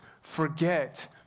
forget